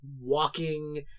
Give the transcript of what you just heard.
walking